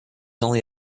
only